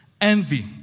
envy